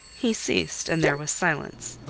he ceased, and there was silence.